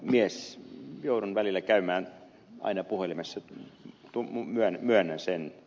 joudun aina välillä käymään puhelimessa myönnän sen